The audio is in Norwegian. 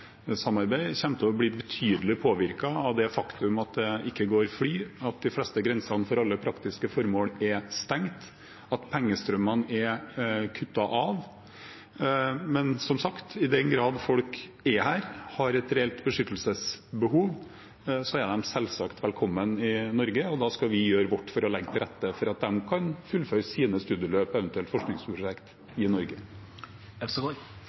det ikke går fly, at de fleste grensene for alle praktiske formål er stengt, og at pengestrømmene er kuttet. Men som sagt: I den grad folk er her og har et reelt beskyttelsesbehov, er de selvsagt velkomne i Norge, og da skal vi gjøre vårt for å legge til rette for at de kan fullføre sine studieløp